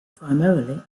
primarily